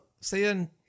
seeing